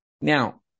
Now